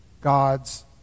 God's